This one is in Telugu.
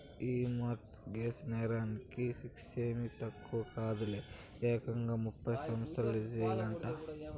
ఈ మార్ట్ గేజ్ నేరాలకి శిచ్చేమీ తక్కువ కాదులే, ఏకంగా ముప్పై సంవత్సరాల జెయిలంట